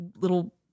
little